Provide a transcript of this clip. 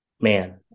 Man